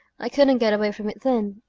i couldn't get away from it then.